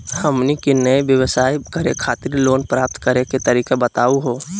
हमनी के नया व्यवसाय करै खातिर लोन प्राप्त करै के तरीका बताहु हो?